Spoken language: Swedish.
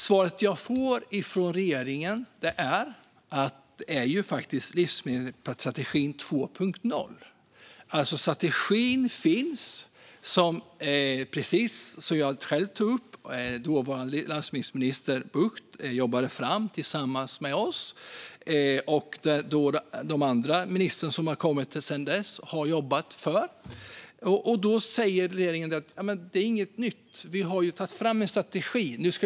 Svaret jag får från regeringen är att detta är livsmedelsstrategin 2.0. Strategin finns alltså redan. Precis som jag själv tog upp jobbade dåvarande landsbygdsminister Bucht fram den tillsammans med oss, och efterföljande ministrar har jobbat för den. Regeringen säger alltså att detta inte är någonting nytt.